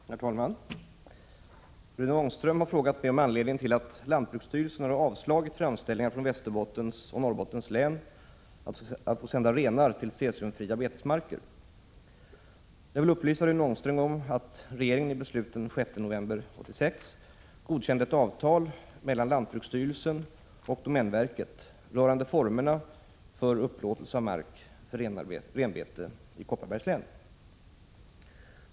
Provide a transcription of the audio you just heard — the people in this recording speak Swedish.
Herr talman! Rune Ångström har frågat mig om anledningen till att lantbruksstyrelsen har avslagit framställningar från Västerbottens län och Norrbottens län att få sända renar till cesiumfria betesmarker. Jag vill upplysa Rune Ångstöm om att regeringen i beslut den 6 november 1986 godkände ett avtal mellan lantbruksstyrelsen och domänverket rörande formerna för upplåtelse av mark för renbete i Kopparbergs län.